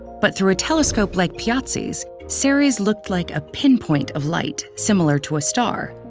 but through a telescope, like piazzi's, ceres looked like a pinpoint of light similar to a star.